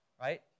right